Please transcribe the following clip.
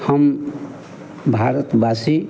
हम भारतवासी